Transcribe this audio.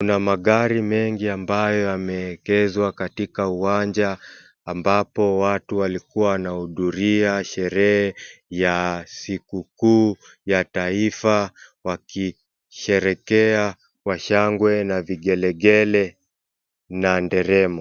Kuna magari mengi ambayo yameegezwa katika uwanja ambapo watu walikuwa wanahudhuria sherehe ya sikukuu ya taifa wakisherehekea kwa shangwe na vigelegele na nderemo.